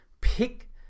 pick